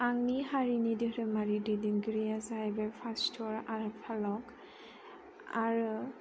आंनि हारिनि धोरोमारि दैदेनगिरिया जाहैबाय फास्ट'र आरो फालक आरो